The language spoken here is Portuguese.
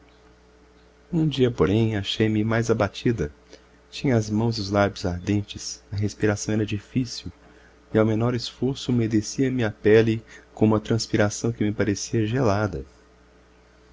um dia porém achei-me mais abatida tinha as mãos e os lábios ardentes a respiração era difícil e ao menor esforço umedecia se me a pele com uma transpiração que me parecia gelada